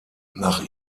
nach